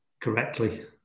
correctly